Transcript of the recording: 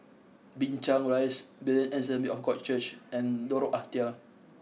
Binchang Rise Berean Assembly of God Church and Lorong Ah Thia